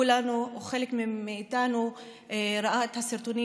כולנו או חלק מאיתנו ראינו את הסרטונים